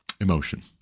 emotion